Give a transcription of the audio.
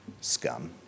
scum